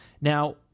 now